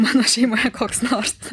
mano šeima koks nors